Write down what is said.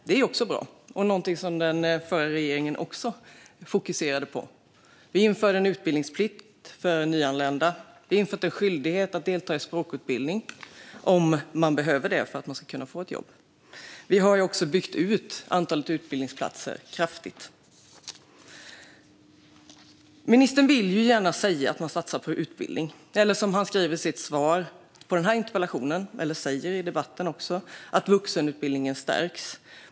Det är också bra, och något som även den förra regeringen fokuserade på. Vi införde en utbildningsplikt för nyanlända. Vi har infört en skyldighet att delta i språkutbildning om man behöver det för att kunna få ett jobb. Vi har också byggt ut antalet utbildningsplatser kraftigt. Ministern vill gärna säga att han satsar på utbildning. Han säger i sitt svar på interpellationen att vuxenutbildningen stärks.